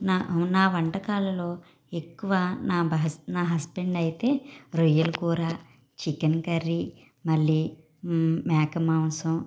నా నా వంటకాలలో ఎక్కువ నా నా హస్బెండ్ అయితే రొయ్యల కూర చికెన్ కర్రీ మళ్ళీ మేక మాంసం